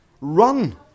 run